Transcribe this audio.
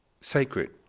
sacred